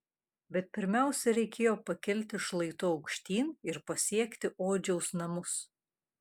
bet pirmiausia reikėjo pakilti šlaitu aukštyn ir pasiekti odžiaus namus